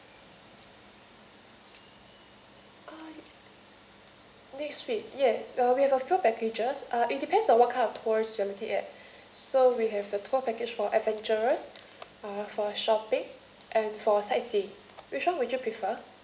next week yes uh we have a few packages uh it depends on what kind of tours you're looking at so we have the tour package for adventures uh for shopping and for sightseeing which one would you prefer